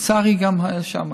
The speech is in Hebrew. לצערי, גם שם.